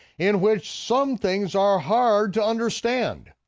in which some things are hard to understand,